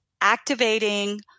Activating